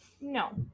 no